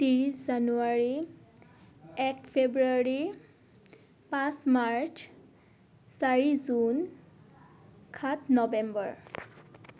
ত্ৰিছ জানুৱাৰী এক ফেব্ৰুৱাৰী পাঁচ মাৰ্চ চাৰি জুন সাত নৱেম্বৰ